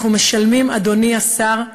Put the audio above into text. אנחנו משלמים, אדוני השר,